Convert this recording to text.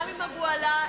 גם עם אבו עלא,